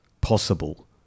possible